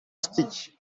stitch